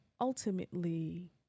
ultimately